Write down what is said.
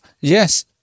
yes